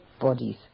bodies